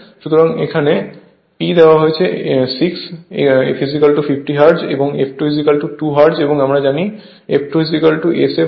সুতরাং এখানে P দেওয়া হয়েছে 6 f50 হার্জ এবং f2 2 হার্জ এবং আমরা জানি f2 Sf হয়